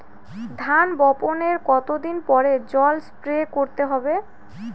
ধান বপনের কতদিন পরে জল স্প্রে করতে হবে?